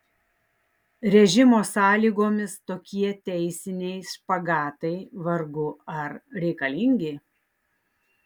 režimo sąlygomis tokie teisiniai špagatai vargu ar reikalingi